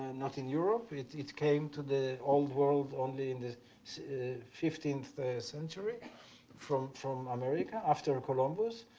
and not in europe it it came to the old world only in the fifteenth century from from america after columbus,